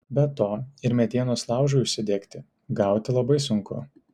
be to ir medienos laužui užsidegti gauti labai sunku